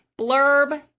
Blurb